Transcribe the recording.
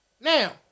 Now